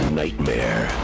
nightmare